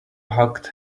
hugged